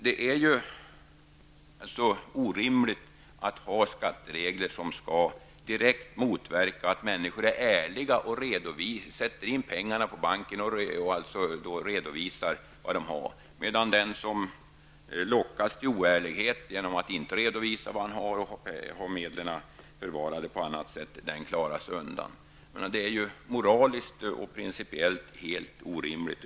Det är orimligt att ha skatteregler som direkt motverkar att människor är ärliga, sätter in pengarna på banken och redovisar vad de har. Den som lockas till oärlighet genom att inte redovisa sina medel och ha dem förvarade på annat sätt klarar sig undan. Det är moraliskt och principiellt helt orimligt.